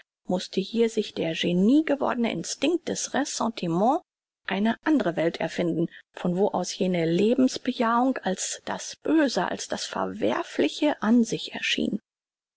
mußte hier sich der genie gewordne instinkt des ressentiment eine andre welt erfinden von wo aus jene lebens bejahung als das böse als das verwerfliche an sich erschien